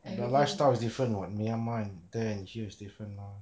and the lifestyle is different what myanmar and there and here is different mah